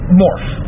morph